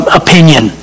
opinion